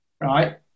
Right